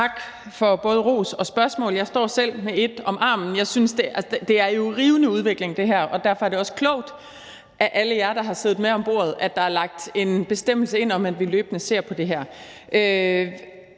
Tak for både ros og spørgsmål. Jeg står selv med et om armen. Altså, det her er jo i rivende udvikling, og derfor er det også klogt, at der i forhold til alle jer, der har siddet med om bordet, er lagt en bestemmelse ind om, at vi løbende ser på det her.